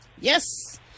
yes